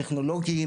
טכנולוגיים,